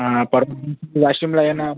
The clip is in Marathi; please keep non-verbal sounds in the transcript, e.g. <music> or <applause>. हां परवा <unintelligible> वाशिमला येणार